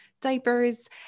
diapers